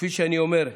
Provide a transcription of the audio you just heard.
כפי שאני אומר,